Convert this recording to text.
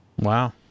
Wow